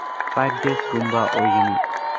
five ꯗꯦꯁꯀꯨꯝꯕ ꯑꯣꯏꯒꯅꯤ